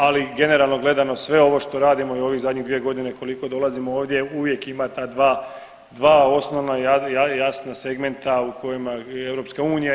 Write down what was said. Ali generalno gledano sve ovo što radimo i u ovih zadnje dvije godine koliko dolazimo ovdje uvijek ima ta dva osnovna, jasna segmenta u kojima EU ide.